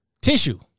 tissue